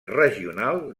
regional